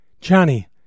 Johnny